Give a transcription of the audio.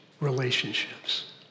relationships